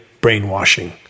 brainwashing